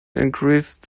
increased